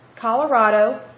Colorado